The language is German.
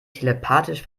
telepathisch